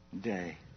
day